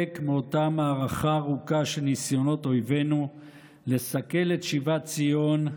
מאותה מערכה ארוכה של ניסיונות אויבינו לסכל את שיבת ציון,